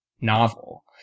novel